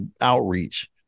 outreach